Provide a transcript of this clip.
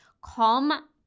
calm